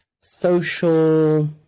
social